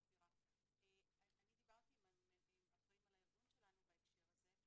אני דיברתי אם האחראים על הארגון שלנו בנושא הזה.